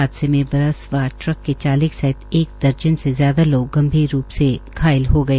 हादसे में बस व ट्रक के चालक सहित एक दर्जन से ज्यादा लोग गंभीर रूप से घायल हो गए